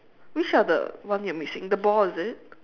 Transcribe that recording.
which are the one you missing the ball is it